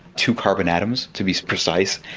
two carbon atoms to be precise,